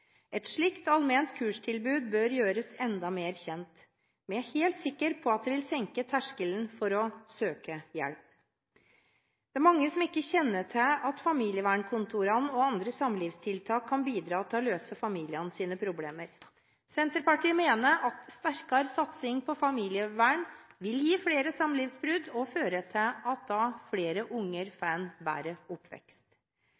Et slikt allment kurstilbud bør gjøres enda mer kjent, vi er helt sikre på at det vil senke terskelen for å søke hjelp. Det er mange som ikke kjenner til at familievernkontorene og andre samlivstiltak kan bidra til å løse familiens problemer. Senterpartiet mener at sterkere satsing på familievern vil gi færre samlivsbrudd og føre til at flere